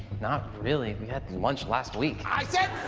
not really, we had lunch last week. i said